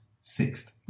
sixth